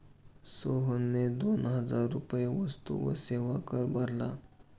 सोहनने दोन हजार रुपये वस्तू व सेवा कर भरला